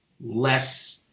less